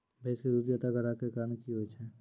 भैंस के दूध ज्यादा गाढ़ा के कि कारण से होय छै?